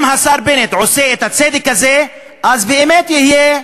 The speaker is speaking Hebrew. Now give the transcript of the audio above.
אם השר בנט עושה את הצדק הזה, אז באמת יהיה,